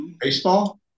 Baseball